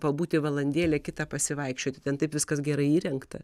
pabūti valandėlę kitą pasivaikščioti ten taip viskas gerai įrengta